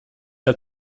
hat